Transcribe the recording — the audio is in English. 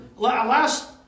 Last